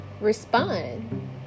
respond